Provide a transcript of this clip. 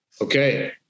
Okay